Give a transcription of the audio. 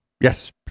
Yes